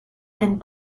and